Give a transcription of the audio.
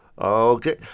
Okay